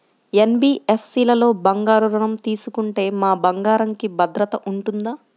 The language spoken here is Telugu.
ఎన్.బీ.ఎఫ్.సి లలో బంగారు ఋణం తీసుకుంటే మా బంగారంకి భద్రత ఉంటుందా?